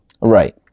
Right